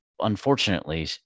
Unfortunately